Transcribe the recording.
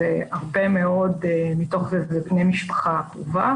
הרבה מאוד מתוך זה בני משפחה קרובה